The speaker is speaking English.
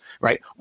right